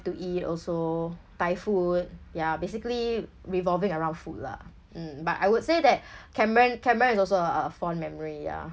to eat also thai food ya basically revolving around food lah mm but I would say that cameron cameron is also a fond memory ya